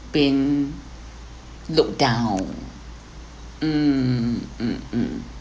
been look down mm mm mm